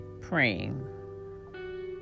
praying